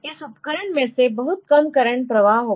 इस उपकरण में से बहुत कम करंट प्रवाह होगा